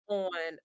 on